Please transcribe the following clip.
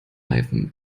reifen